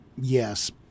yes